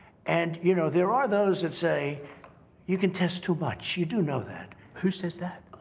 and, you know, there are those that say you can test too much. you do know that. who says that?